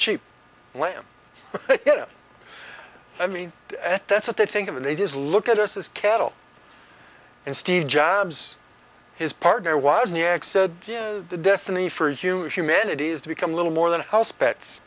cheap lamb i mean that's what they think of and they just look at us as cattle and steve jobs his partner was next said the destiny for a huge humanity is to become little more than a house